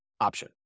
option